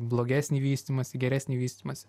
blogesnį vystymąsi geresnį vystymąsi